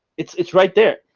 it's it's right there.